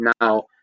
now